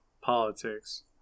politics